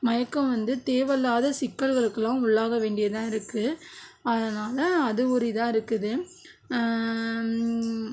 மயக்கம் வந்து தேவையில்லாத சிக்கல்களுக்குலாம் உள்ளாக வேண்டியதாக இருக்குது அதனால் அதுவும் ஒரு இதாக இருக்குது